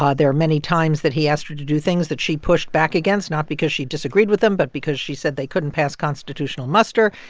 there are many times that he asked her to do things that she pushed back against not because she disagreed with them but because she said they couldn't pass constitutional muster.